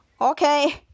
Okay